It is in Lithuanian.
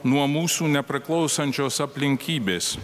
nuo mūsų nepriklausančios aplinkybės